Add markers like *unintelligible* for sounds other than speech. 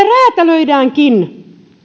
*unintelligible* räätälöidäänkin